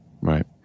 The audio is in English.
Right